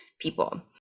people